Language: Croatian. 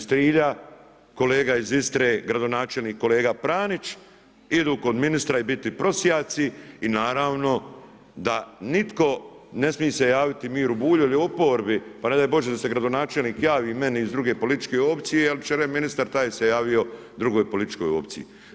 Strilja, kolega iz Istre gradonačelnik kolega Pranić idu kod ministra i biti prosjaci i naravno da nitko ne smije se javiti Miro Bulju jer je u oporbi pa ne daj Bože da se gradonačelnik javi meni iz druge političke opcije jer će ministar taj se javio drugoj političkoj opciji.